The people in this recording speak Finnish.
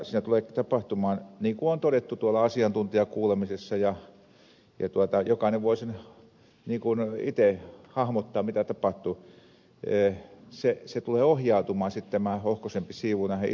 siinä tulee tapahtumaan niin kuin on todettu tuolla asiantuntijakuulemisessa ja jokainen voi sen itse hahmottaa mitä tapahtuu että se tulee ohjautumaan sitten tämä ohkaisempi siivu näihin isoihin marketteihin